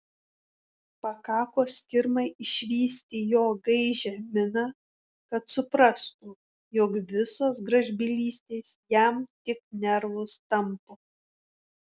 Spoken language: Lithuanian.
pakako skirmai išvysti jo gaižią miną kad suprastų jog visos gražbylystės jam tik nervus tampo